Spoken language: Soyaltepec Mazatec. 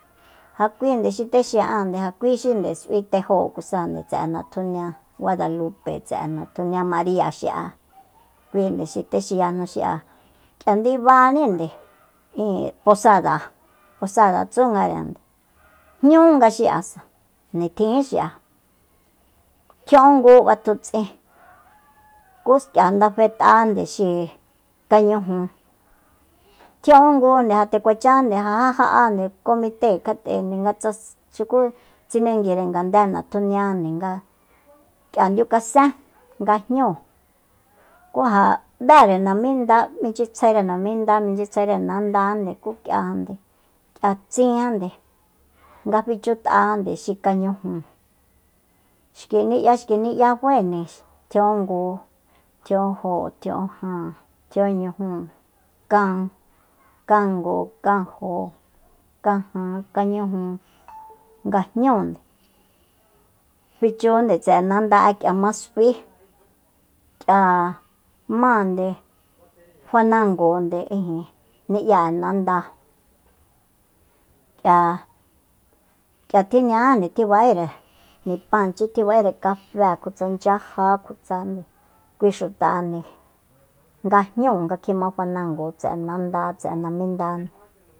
Ja kui nde xi texin'ande ja kui nde s'ui tejokusa tse'e natjunia guadalupe tse'e natjunia maria xi'a kuinde xi te xiyajnu xi'a k'ia ndibanínde posada- posada tsúngarende jñúnga xi'asa nitjinjí xi'a tjia'úngu batutsin ku k'ia nda fet'a xi kañuju tjia'ungunde ja ndekuachande ja ja'ande comite kjat'ende ngatsa xuku tsinenguire ngande natjuniande nga kía ndiukasen nga jñ'uu ku ja b'ére naminda michyitsjaire naminda michyitsjaere nandande ku k'iajande k'ia tsinjande nga fichut'ajande xi kañujúu xki ni'ya xki ni'ya faende tjia'ungu tji'unjóo tjia'unjáan tjia'unñujúu kan kangu kanjo kajan kañuju nga jñúunde fichunde tse'e nanda'e k'ia ma s'uí k'ia máande fanangonde ijin ni'ya'e nanda k'ia k'ia tjiña'ande tjiba'ére nipanchi tjiba'ere tjiba'ere kafe kutsa chyaja kutsande kui xutande nga jñúu nga kjima fanango tse'e nanda tse'e naminda